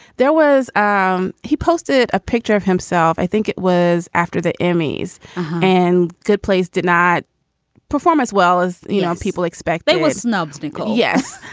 there was. ah um he posted a picture of himself. i think it was after the emmys and good plays did not perform as well as you know people expect they were snubbed. like um yes.